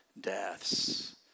deaths